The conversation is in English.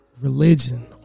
religion